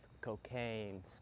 cocaine